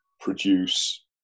produce